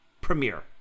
premiere